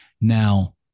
Now